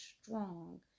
strong